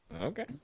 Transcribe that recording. Okay